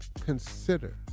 consider